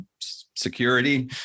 security